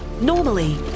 Normally